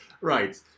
Right